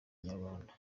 inyarwanda